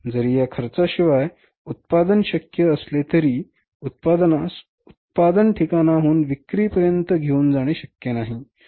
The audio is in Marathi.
जरी या खर्चाशिवाय उत्पादन शक्य असले तरी उत्पादनास उत्पादन ठिकाणाहून विक्रीपर्यंत घेऊन जाणे शक्य नाही